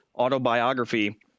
Autobiography